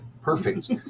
Perfect